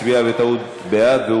הצביע בטעות בעד,